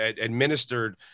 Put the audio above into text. administered